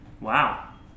Wow